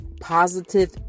positive